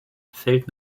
fällt